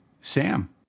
Sam